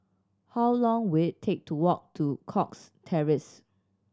how long will it take to walk to Cox Terrace